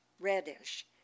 reddish